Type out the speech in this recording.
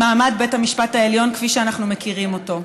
של מעמד בית המשפט העליון כפי שאנחנו מכירים אותו.